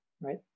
right